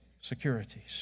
securities